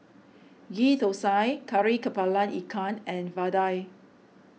Ghee Thosai Kari Kepala Ikan and Vadai